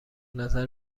نظر